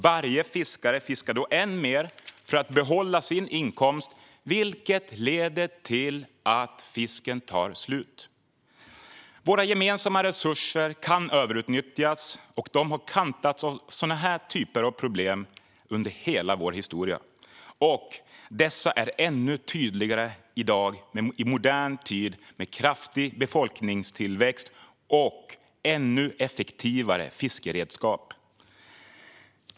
Varje fiskare fiskar då än mer för att behålla sin inkomst, vilket leder till att fisken tar slut. Våra gemensamma resurser kan överutnyttjas och har kantats av sådana här problem under hela vår historia. Dessa är ännu tydligare i dag, i modern tid med kraftig befolkningstillväxt och ännu effektivare fiskeredskap.